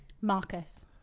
marcus